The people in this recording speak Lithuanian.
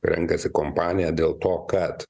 renkasi kompaniją dėl to kad